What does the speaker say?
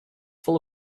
full